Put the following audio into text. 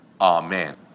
Amen